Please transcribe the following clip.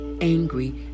angry